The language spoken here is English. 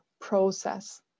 process